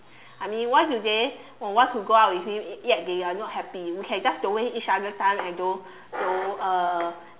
I mean why do they want to go out with me yet they are not happy we can just don't waste each other time and don't don't uh